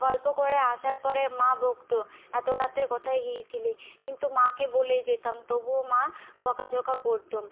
গল্প করে আসার পরে মা বকতো এতো রাতে কোথায় গিয়েছিলি কিন্তু মাকে বলেই যেতাম তবুও মা বকাঝকা করতো